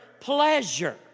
pleasure